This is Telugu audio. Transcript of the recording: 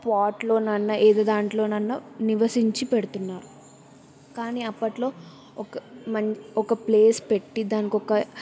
పాట్లో అయిన ఏదో దాంట్లో అయిన నివసించి పెడుతున్నారు కానీ అప్పట్లో ఒక మన్ ఒక ప్లేస్ పెట్టి దానికి ఒక